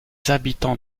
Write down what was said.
habitants